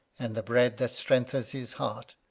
and the bread that strengthens his heart,